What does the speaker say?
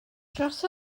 dros